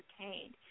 entertained